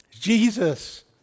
Jesus